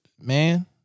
Man